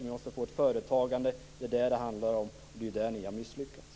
Vi måste få ett företagande. Det är detta det handlar om, och det är där ni har misslyckats.